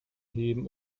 heben